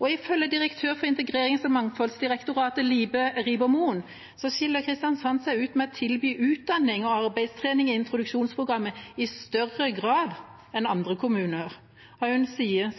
Ifølge direktør for Integrerings- og mangfoldsdirektoratet, Libe Rieber-Mohn, skiller Kristiansand seg ut ved å tilby utdanning og arbeidstrening i introduksjonsprogrammet i større grad enn andre kommuner. Hun sier: